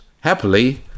happily